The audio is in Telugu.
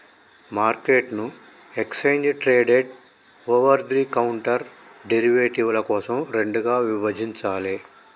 మార్కెట్ను exchange traded, over the counter డెరివేటివ్ల కోసం రెండుగా విభజించాలే